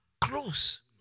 close